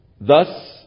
Thus